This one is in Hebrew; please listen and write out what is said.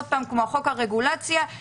כמו חוק הרגולציה,